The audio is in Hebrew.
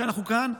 כשאנחנו כאן,